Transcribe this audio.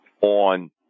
on